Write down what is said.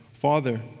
Father